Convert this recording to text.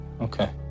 Okay